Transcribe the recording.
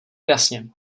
jasně